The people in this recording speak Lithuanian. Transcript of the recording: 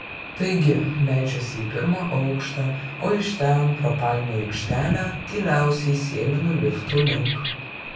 taigi leidžiuosi į pirmą aukštą o iš ten pro palmių aikštelę tyliausiai sėlinu liftų link